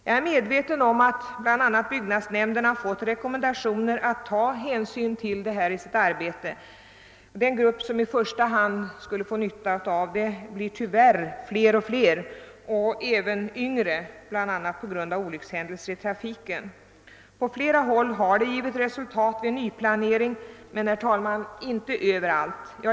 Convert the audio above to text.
Jag är medveten om att bl.a. byggnadsnämnderna fått rekommendationer att ta hänsyn härtill i sitt arbete. Den grupp som i första hand skulle få nytta av en ändring blir tyvärr större och större och det gäller även yngre, bl.a. till följd av olyckshändelser i trafiken. På flera håll har det blivit resultat vid nyplanering, men herr talman, inte överallt.